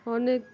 অনেক